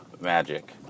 magic